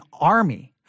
army